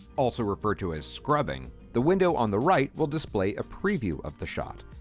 also referred to as scrubbing, the window on the right will display a preview of the shot.